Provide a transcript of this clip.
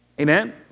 Amen